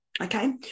Okay